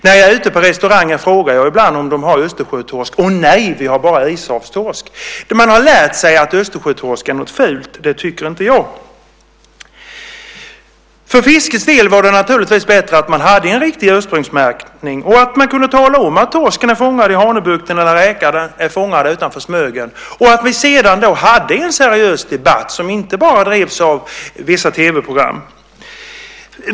När jag är ute på restaurang frågar jag ibland om de har östersjötorsk: Nej, vi har bara ishavstorsk, får jag som svar. Man har lärt sig att östersjötorsken är något fult, men det tycker inte jag. För fiskets del vore det naturligtvis bättre att man hade en riktig ursprungsmärkning, att man kunde tala om att torskarna är fångade i Hanöbukten eller räkorna utanför Smögen och att vi sedan hade en seriös debatt som inte bara drevs i vissa tv-program.